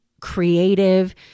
creative